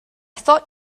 thought